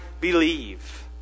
believe